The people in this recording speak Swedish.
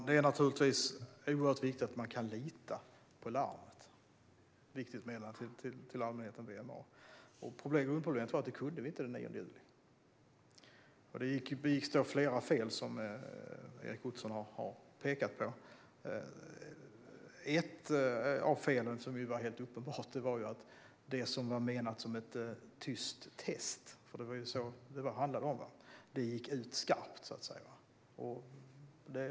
Fru talman! Det är oerhört viktigt att vi kan lita på larmet Viktigt meddelande till allmänheten, VMA. Grundproblemet är att vi inte kunde det den 9 juli. Det begicks flera fel, som Erik Ottoson har pekat på. Ett helt uppenbart fel var att det som var menat som ett tyst test - som det handlade om - gick ut skarpt.